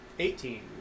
Eighteen